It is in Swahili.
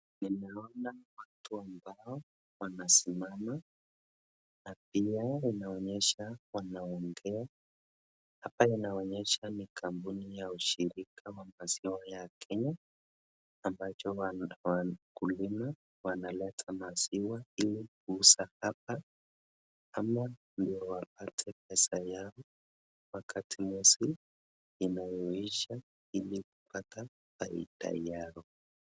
Ninaona watu ambao wanasimama pia inaonyesha wanaongea. Hapa inaonyesha ni kampuni ya ushirika wa maziwa ya Kenya ambacho wakulima wanaleta maziwa ili kuuza hapa ama ndio wapate pesa yao wakati mwezi inayoisha ili kupata faida yao.